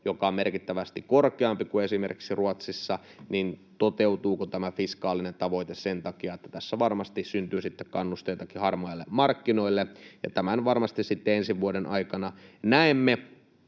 joka on merkittävästi korkeampi kuin esimerkiksi Ruotsissa, toteutuuko tämä fiskaalinen tavoite sen takia, että tässä varmasti syntyy sitten kannusteita harmaillekin markkinoille. Tämän varmasti ensi vuoden aikana näemme